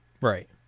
Right